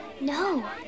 No